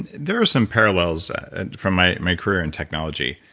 there are some parallels and from my my career in technology.